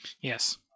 Yes